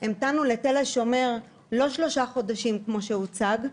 המתנו לתל השומר - לא שלושה חודשים כמו שהוצג,